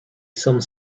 some